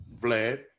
Vlad